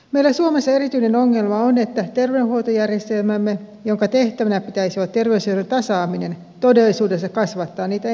meillä suomessa erityinen ongelma on että terveydenhuoltojärjestelmämme jonka tehtävänä pitäisi olla terveyserojen tasaaminen todellisuudessa kasvattaa niitä entisestään